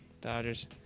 Dodgers